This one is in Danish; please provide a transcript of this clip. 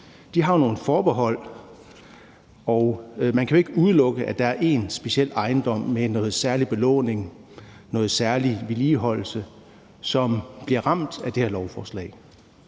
De har jo nogle forbehold, og man kan ikke udelukke, at der er én speciel ejendom med noget særlig belåning, noget særlig vedligeholdelse, som bliver ramt af det her lovforslag.